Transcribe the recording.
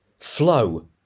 Flow